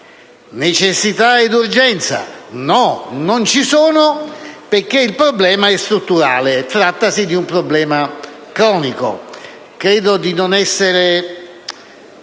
necessità ed urgenza non ci sono perché il problema è strutturale, si tratta di un problema cronico. Credo di non essere